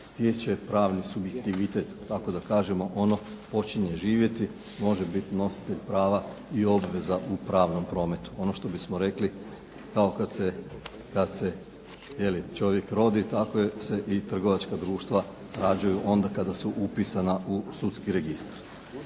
stječe pravni subjektivitet, tako da kažemo ono počinje živjeti, može biti nositelj prava i obveza u pravnom prometu. Ono što bismo rekli kao kad se je li čovjek rodi, tako se i trgovačka društva rađaju onda kada su upisana u sudski registar.